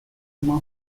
uma